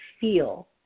feel